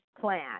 plan